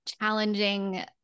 challenging